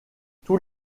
tous